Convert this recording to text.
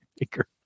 maker